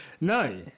no